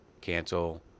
cancel